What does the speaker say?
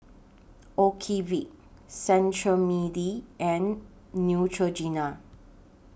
Ocuvite Cetrimide and Neutrogena